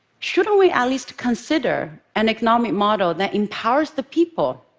shouldn't we at least consider an economic model that empowers the people?